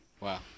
Wow